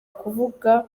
kuvuga